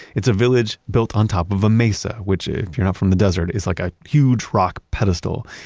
it's a village built on top of a mesa, which if you're not from the desert is like a huge rock pedestal.